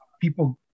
people